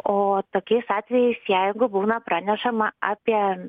o tokiais atvejais jeigu būna pranešama apie